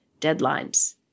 deadlines